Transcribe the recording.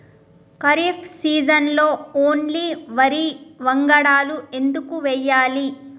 ఖరీఫ్ సీజన్లో ఓన్లీ వరి వంగడాలు ఎందుకు వేయాలి?